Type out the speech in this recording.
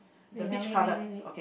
wait ah wait wait wait wait